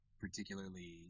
particularly